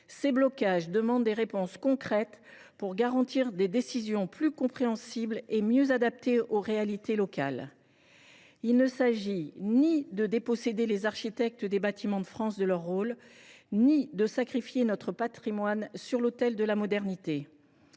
divers blocages appellent des réponses concrètes pour garantir la compréhension des décisions et leur meilleure adaptation aux réalités locales. Il ne s’agit ni de déposséder les architectes des Bâtiments de France de leur rôle ni de sacrifier notre patrimoine sur l’autel de la modernité.